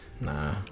Nah